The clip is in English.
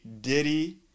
Diddy